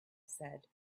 said